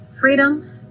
Freedom